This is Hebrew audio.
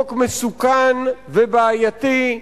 חוק מסוכן ובעייתי,